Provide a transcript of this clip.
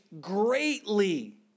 greatly